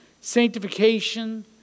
sanctification